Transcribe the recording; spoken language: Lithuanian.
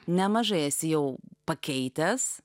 nemažai esi jau pakeitęs